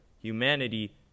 Humanity